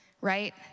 right